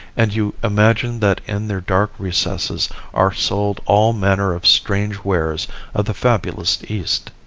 and you imagine that in their dark recesses are sold all manner of strange wares of the fabulous east.